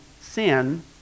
sin